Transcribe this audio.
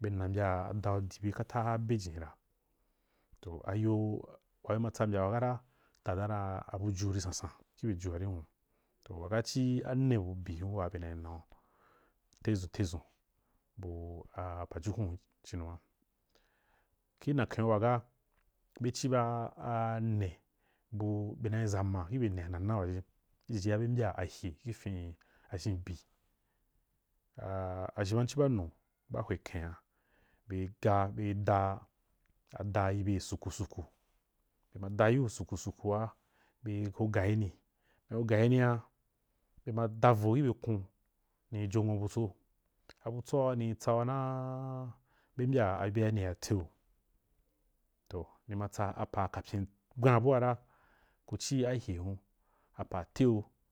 be na mbyaa adau diibe kata be jinni ra toh ayo waa be ma tsa mbyan kata ta ra a buju ri sansan ji bye ju, toh waga ci ane bu bii hun waa bena na teʒun teʒun gi nyaken bu waaga be ciba a nebu be naw ʒa ma gi bye ane wa nana wa ji jiyia be mbya aʒhenchi ba nne ba hwe khen’a be da ada yi be suku suku be ma da yin sukusuwa be ko gayinu be ma gayinia be ma da vo gi bye kon ni jnwo butso, abutsoa ri tsauna be mbya abyea niyaa te yo toh numa tsa apa wa kpyen awaan buwa ra ku ci ahe huun cipa wateyo.